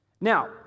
Now